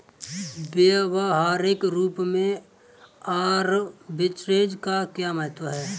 व्यवहारिक रूप में आर्बिट्रेज का क्या महत्व है?